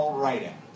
writing